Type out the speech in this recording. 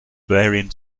bavarian